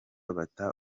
bata